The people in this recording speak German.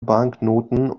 banknoten